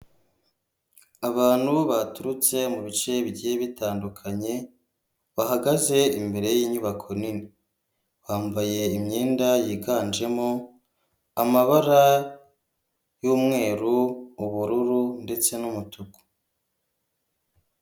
Abantu baturutse mubi bice bike bitandukanye bahagaze imbere yinyubako nini bambaye imyenda yiganjemo amabara y'umweru, ubururu ndetse n'umutuku.